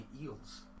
Eels